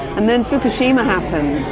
and then fukushima happened.